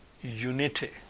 unity